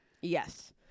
yes